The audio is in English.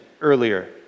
earlier